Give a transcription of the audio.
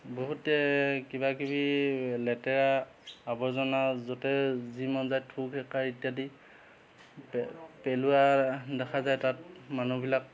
বহুতে কিবা কিবি লেতেৰা আৱৰ্জনা য'তে যি মন যায় থু খেকাৰ ইত্যাদি পে পেলোৱা দেখা যায় তাত মানুহবিলাক